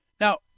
now